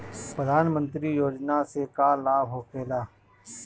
प्रधानमंत्री योजना से का लाभ होखेला?